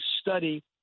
study